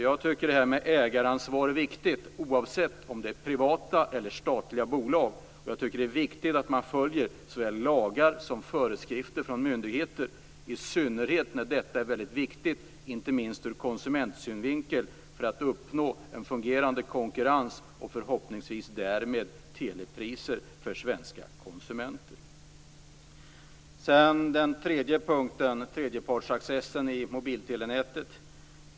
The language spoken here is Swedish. Jag tycker att ägaransvar är viktigt oavsett om det är privata eller statliga bolag. Det är viktigt att man följer såväl lagar som föreskrifter från myndigheter, i synnerhet när det är väldigt viktigt inte minst ur konsumentsynvinkel för att uppnå en fungerande konkurrens och därmed förhoppningsvis låga telepriser för svenska konsumenter. Den tredje punkten var tredjepartsaccessen i mobiltelenätet.